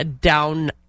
down